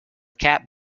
cap